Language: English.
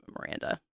Miranda